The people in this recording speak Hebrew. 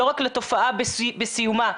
בסיומה,